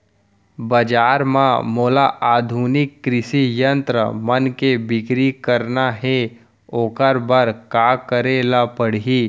बजार म मोला आधुनिक कृषि यंत्र मन के बिक्री करना हे ओखर बर का करे ल पड़ही?